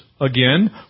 again